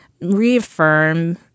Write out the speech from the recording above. reaffirm